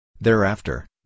Thereafter